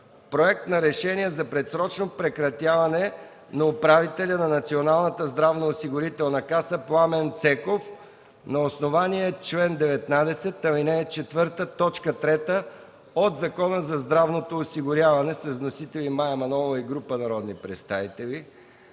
Проект за решение за предсрочно прекратяване на мандата на управителя на Националната здравноосигурителна каса Пламен Цеков на основание чл. 19, ал. 4, т. 3 от Закона за здравното осигуряване. Вносител – Мая Манолова и група народни представители.